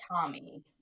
Tommy